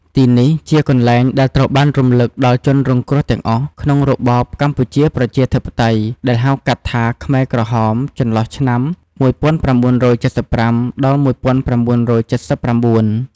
ទីនេះជាកន្លែងដែលត្រូវបានរំលឹកដល់ជនរងគ្រោះទាំងអស់ ក្នុងរបបកម្ពុជាប្រជាធិបតេយ្យ ដែលហៅកាត់ថា ខ្មែរក្រហម ចន្លោះឆ្នាំ ១៩៧៥ ដល់ ១៩៧៩។